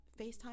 FaceTime